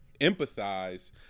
empathize